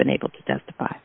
been able to testify